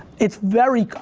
it's very,